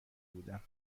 بودم